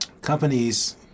companies